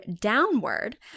downward